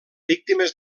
víctimes